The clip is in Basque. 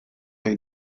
ohi